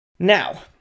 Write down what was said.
Now